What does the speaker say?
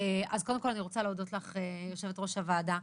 אז קודם כל, אני רוצה להודות לך יושבת ראש הוועדה.